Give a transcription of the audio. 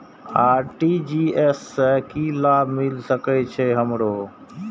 RTGS से की लाभ मिल सके छे हमरो?